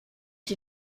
die